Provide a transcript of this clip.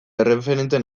erreferente